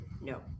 no